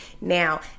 Now